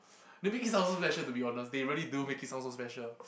maybe it sounds so special to be honest because they really do make it sound so special